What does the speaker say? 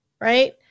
Right